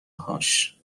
هاش